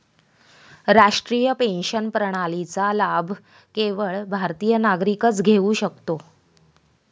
राष्ट्रीय पेन्शन प्रणालीचा लाभ केवळ भारतीय नागरिकच घेऊ शकतो